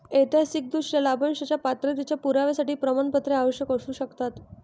ऐतिहासिकदृष्ट्या, लाभांशाच्या पात्रतेच्या पुराव्यासाठी प्रमाणपत्रे आवश्यक असू शकतात